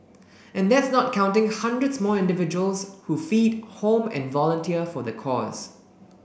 and that's not counting hundreds more individuals who feed home and volunteer for the cause